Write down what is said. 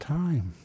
time